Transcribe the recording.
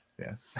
Yes